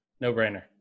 No-brainer